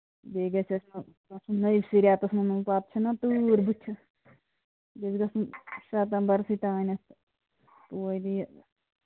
بیٚیہِ گَژھیس نہٕ گژھان نٔوسٕے ریٚتَس منٛز پَتہٕ چھےٚ نا تۭر بٔتھِ بیٚیہِ چھُ گژھُن ستمبرسٕے تانیتھ